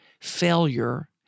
failure